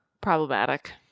problematic